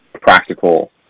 practical